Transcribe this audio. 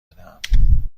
بدهم